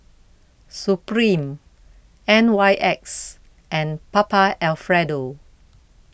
Supreme N Y X and Papa Alfredo